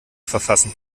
verfassen